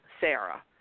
Sarah